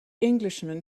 englishman